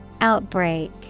Outbreak